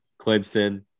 Clemson